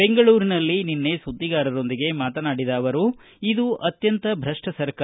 ಬೆಂಗಳೂರಿನಲ್ಲಿ ನಿನ್ನೆ ಸುದ್ದಿಗಾರರೊಂದಿಗೆ ಮಾತನಾಡಿದ ಅವರು ಇದು ಅತ್ಯಂತ ಭಪ್ಪ ಸರ್ಕಾರ